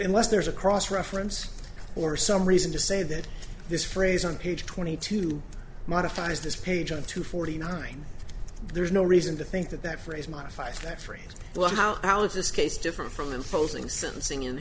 unless there's a cross reference or some reason to say that this phrase on page twenty two modifies this page on two forty nine there's no reason to think that that phrase modifies that phrase well how is this case different from imposing sentencing